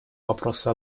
вопросу